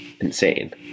Insane